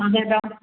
അതേയല്ലോ